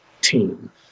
team